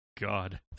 god